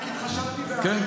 רק התחשבתי כן,